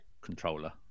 controller